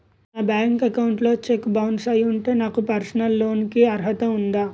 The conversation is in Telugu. నా బ్యాంక్ అకౌంట్ లో చెక్ బౌన్స్ అయ్యి ఉంటే నాకు పర్సనల్ లోన్ కీ అర్హత ఉందా?